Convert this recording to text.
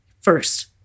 first